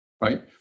right